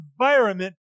environment